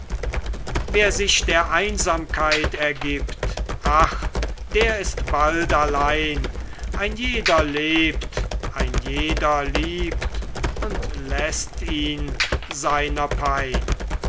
wer sich der einsamkeit ergibt ach der ist bald allein ein jeder lebt ein jeder liebt und läßt ihn seiner pein